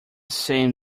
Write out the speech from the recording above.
same